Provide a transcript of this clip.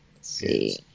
see